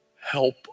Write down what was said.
help